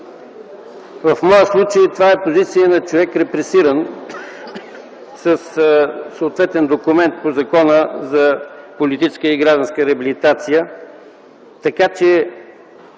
В моя случай това е позиция на човек репресиран, със съответния документ по Закона за политическа и гражданска реабилитация